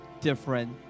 different